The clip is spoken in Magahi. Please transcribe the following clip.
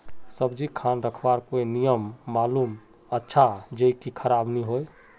सब्जी खान रखवार कोई नियम मालूम अच्छा ज की खराब नि होय?